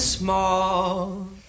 small